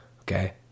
Okay